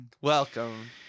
Welcome